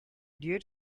due